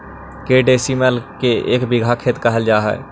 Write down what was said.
के डिसमिल के एक बिघा खेत कहल जा है?